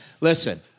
listen